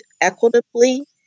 equitably